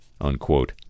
Unquote